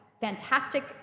fantastic